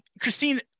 Christine